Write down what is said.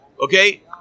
okay